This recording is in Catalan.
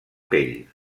pell